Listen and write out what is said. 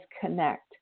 connect